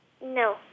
No